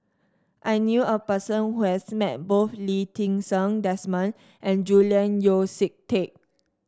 I knew a person who has met both Lee Ti Seng Desmond and Julian Yeo See Teck